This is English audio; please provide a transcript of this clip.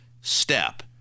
step